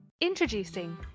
Introducing